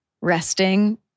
resting